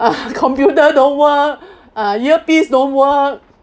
computer don't work uh earpiece don't work